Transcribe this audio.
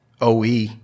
OE